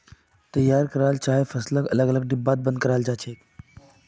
तैयार कराल चाइर फसलक अलग अलग प्रकारेर डिब्बात बंद कराल जा छेक